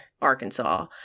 Arkansas